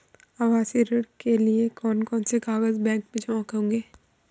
आवासीय ऋण के लिए कौन कौन से कागज बैंक में जमा होंगे?